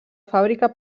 fàbrica